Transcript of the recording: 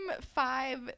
five